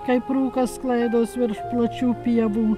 kaip rūkas sklaidos virš plačių pievų